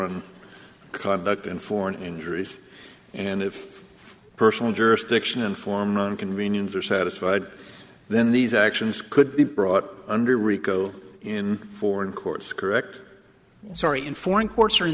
foreign conduct and foreign injuries and if personal jurisdiction and former inconvenient are satisfied then these actions could be brought under rico in foreign courts correct sorry in foreign courts or in